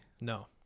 no